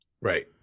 Right